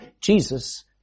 Jesus